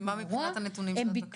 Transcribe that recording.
ומה מבחינת הנתונים של הדבקה?